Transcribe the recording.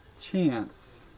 chance